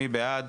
מי בעד?